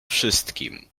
wszystkim